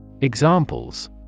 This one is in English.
Examples